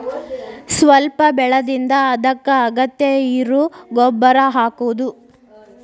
ಸ್ವಲ್ಪ ಬೆಳದಿಂದ ಅದಕ್ಕ ಅಗತ್ಯ ಇರು ಗೊಬ್ಬರಾ ಹಾಕುದು